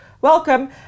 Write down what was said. welcome